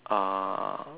uh